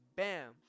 Bam